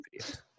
videos